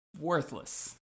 worthless